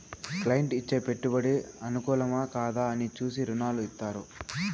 client ఇచ్చే పెట్టుబడి అనుకూలమా, కాదా అని చూసి రుణాలు ఇత్తారు